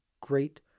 great